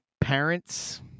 parents